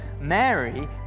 Mary